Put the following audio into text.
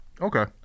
Okay